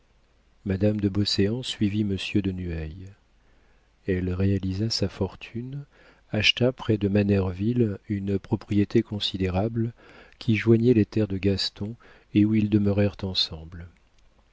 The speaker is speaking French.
madame de beauséant suivit monsieur de nueil elle réalisa sa fortune acheta près de manerville une propriété considérable qui joignait les terres de gaston et où ils demeurèrent ensemble